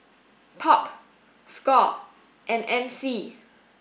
Pop Score and M C